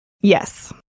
Yes